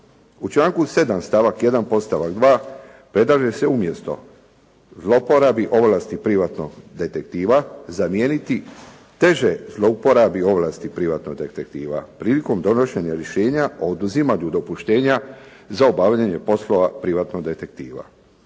U članku 7. stavak 1. podstavak 2, predlaže se umjesto zlouporabi ovlasti privatnog detektiva zamijeniti teže zlouporabi ovlasti privatnog detektiva prilikom donošenja rješenja o oduzimanju dopuštenja za obavljanje poslova privatnog detektiva.